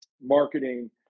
marketing